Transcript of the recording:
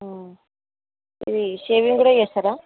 ఇది షేవింగ్ కూడా చేస్తారా